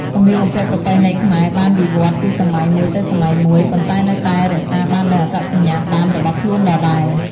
សម្លៀកបំពាក់ប្រពៃណីខ្មែរបានវិវត្តន៍ពីសម័យមួយទៅសម័យមួយ ប៉ុន្តែនៅតែរក្សាបាននូវអត្តសញ្ញាណដើមរបស់ខ្លួនដដែល។